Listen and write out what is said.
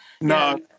no